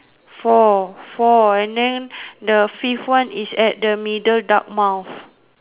four four and then the fifth one is at the middle dark mouth